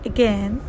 Again